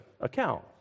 account